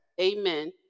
Amen